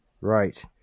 Right